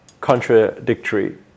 Contradictory